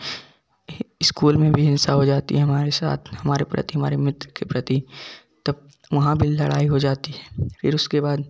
school में भी हिंसा हो जाती हैं हमारे साथ हमारे प्रति हमारे मित्र के प्रति तब वहाँ भी लड़ाई हो जाती है फिर उसके बाद